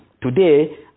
Today